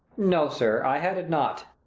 no, sir, i had it not.